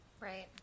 right